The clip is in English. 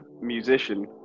musician